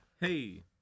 Hey